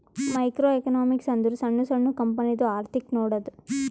micro economics ಅಂದುರ್ ಸಣ್ಣು ಸಣ್ಣು ಕಂಪನಿದು ಅರ್ಥಿಕ್ ನೋಡದ್ದು